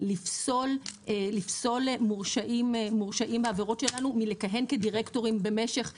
לפסול מורשעים בעבירות שלנו מלכהן כדירקטורים במשך שנים.